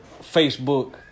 Facebook